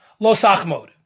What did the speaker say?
Losachmod